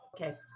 okay